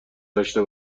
داشته